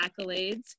accolades